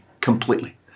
Completely